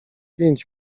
pięć